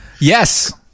Yes